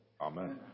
Amen